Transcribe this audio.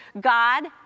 God